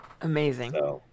amazing